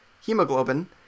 hemoglobin